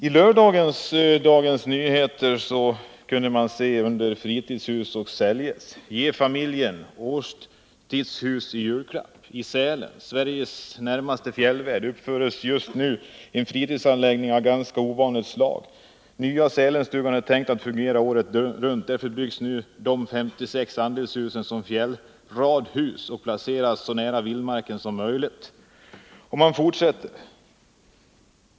I lördagens nummer av Dagens Nyheter kunde man — under Fritidshus, säljes — läsa en annons med rubriken Ge familjen ett Årstidshus i julklapp! ”I Sälen, Sveriges närmaste fjällvärld, uppförs just nu en fritidsanläggning av ganska ovanligt slag. Nya Sälenstugan är tänkt att fungera året runt. Därför byggs dom 56 andelshusen som fjällradhus och placeras så nära vildmarken som möjligt.